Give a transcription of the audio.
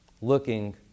looking